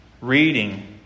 reading